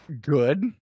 Good